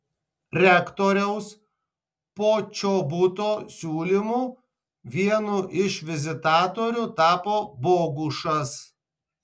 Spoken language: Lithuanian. rektoriaus počobuto siūlymu vienu iš vizitatorių tapo bogušas